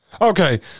Okay